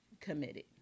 committed